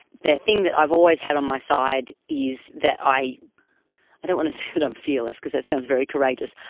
the thing that i've always had on my side is that, i i don't want to say that i'm fearless because that sounds very courageous,